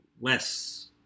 less